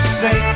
say